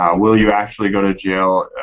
um will you actually go to jail?